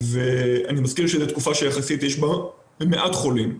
ואני מסכים שזאת תקופה שיש בה מעט חולים יחסית.